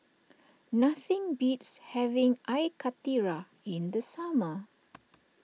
nothing beats having Air Karthira in the summer